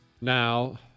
Now